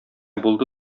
булды